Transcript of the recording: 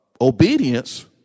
obedience